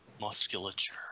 Musculature